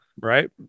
Right